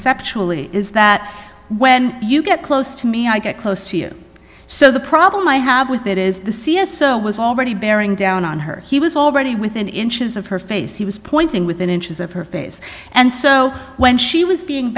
tually is that when you get close to me i get close to you so the problem i have with it is the c s so was already bearing down on her he was already within inches of her face he was pointing within inches of her face and so when she was being